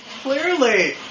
Clearly